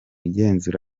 igenzura